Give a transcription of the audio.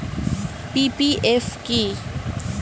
PPF কি?